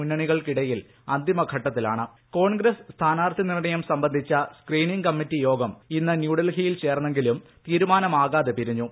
മുന്നണികൾക്കിടയിൽ അന്തിമ ഘട്ടത്തിലാണ് കോൺഗ്രസ് സ്ഥാനാർത്ഥി നിർണയം സംബന്ധിച്ച സ്ക്രീനിംഗ് കമ്മിറ്റി യോഗം ഇന്ന് ന്യൂഡൽഹിയിൽ ചേർന്നെങ്കിലും തീരുമാനമാകാതെ പിരിഞ്ഞു